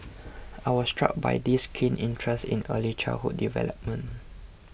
I was struck by this keen interest in early childhood development